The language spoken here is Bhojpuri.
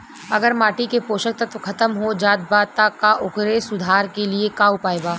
अगर माटी के पोषक तत्व खत्म हो जात बा त ओकरे सुधार के लिए का उपाय बा?